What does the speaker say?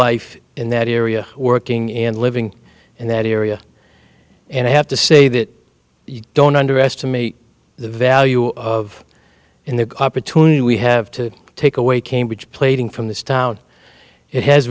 life in that area working and living in that area and i have to say that you don't underestimate the value of in the opportunity we have to take away cambridge plaiting from this town it has